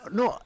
no